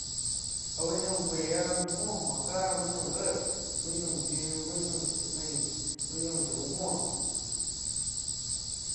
Áh úh ñi aum cuaih áh nain muoh muoh záh áh úh ñii aum réh úh ñi aum yiuh úh ñi aum chá ku nai, úh ñi aum chá uh muoh.